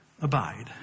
Abide